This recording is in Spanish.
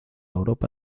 europa